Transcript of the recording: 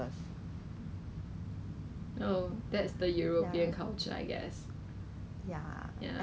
but 我我看里面没有要吃 ah 害我高兴一下我以为可以去 N_T_U_C 买